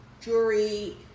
jewelry